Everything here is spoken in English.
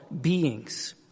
beings